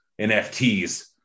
NFTs